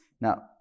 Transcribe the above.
Now